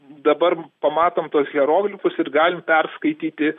dabar pamatom tuos hieroglifus ir galim perskaityti